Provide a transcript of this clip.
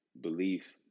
belief